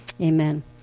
Amen